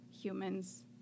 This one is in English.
humans